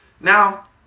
Now